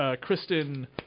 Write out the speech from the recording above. Kristen